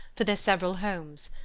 for their several homes!